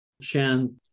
Shan